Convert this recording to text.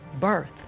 birth